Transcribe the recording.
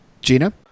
gina